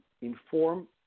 inform